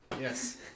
Yes